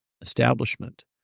establishment